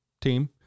team